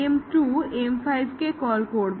M2 M5 কে call করবে